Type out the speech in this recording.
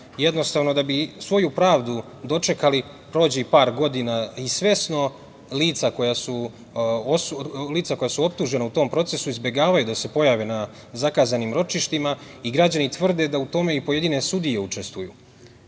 Jednostavno da bi svoju pravdu dočekali, prođe i par godina i svesno lica koja su optužena u tom procesu izbegavaju da se pojave na zakazanim ročištima i građani tvrde da u tom i pojedine sudije učestvuju. To